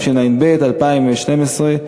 התשע"ב 2012,